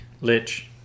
Lich